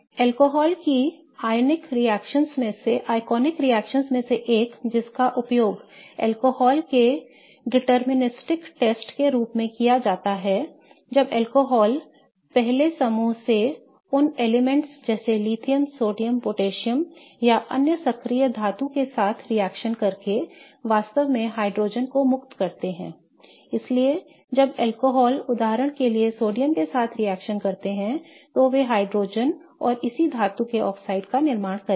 alcohol की प्रतिष्ठित रिएक्शनओं में से एक जिसका उपयोग अल्कोहल के निर्धारक परीक्षण के रूप में किया जाता है जब अल्कोहल पहले समूह से उन तत्वों जैसे लिथियम सोडियम पोटेशियम या अन्य सक्रिय धातु के साथ रिएक्शन करके वास्तव में हाइड्रोजन को मुक्त करते हैं I इसलिए जब अल्कोहल उदाहरण के लिए सोडियम के साथ रिएक्शन करते हैं तो वे हाइड्रोजन और इसी धातु ऑक्साइड का निर्माण करेंगे